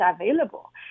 available